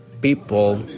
people